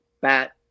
bat